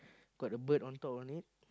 got the bird on top of it